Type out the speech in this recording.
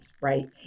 right